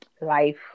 life